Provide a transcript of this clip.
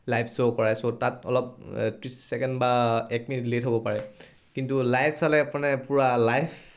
live show কৰা চ' তাত অলপ ত্ৰিছ ছেকেণ্ড বা এক মিনিট লেট হ'ব পাৰে কিন্তু লাইভ চালে মানে পূৰা লাইভ